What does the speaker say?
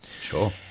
Sure